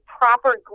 proper